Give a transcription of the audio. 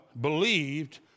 believed